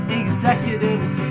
executives